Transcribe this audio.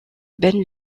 ben